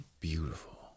Beautiful